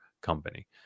company